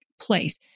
place